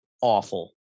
awful